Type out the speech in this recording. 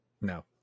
No